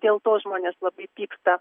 dėl to žmonės labai pyksta